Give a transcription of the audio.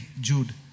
Jude